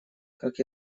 как